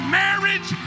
marriage